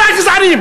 כל הגזענים.